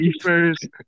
first